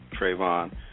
Trayvon